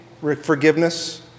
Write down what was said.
forgiveness